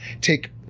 take